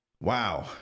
Wow